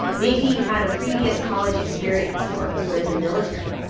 maybe you've had a previous college experience, or you were in the military,